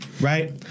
right